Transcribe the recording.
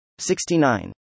69